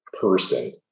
person